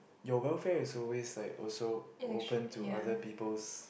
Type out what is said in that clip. your welfare is always like also open to other people's